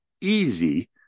easy